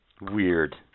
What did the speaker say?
Weird